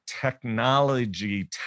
technology